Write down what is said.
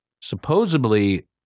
supposedly